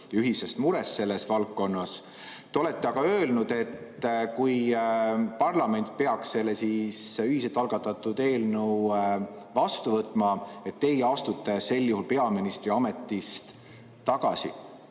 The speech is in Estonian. ühisest murest selles valdkonnas. Te olete aga öelnud, et sel juhul, kui parlament peaks selle ühiselt algatatud eelnõu vastu võtma, astute teie peaministri ametist tagasi.